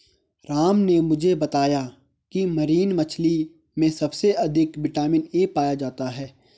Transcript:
राम ने मुझे बताया की मरीन मछली में सबसे अधिक विटामिन ए पाया जाता है